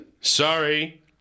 Sorry